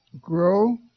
grow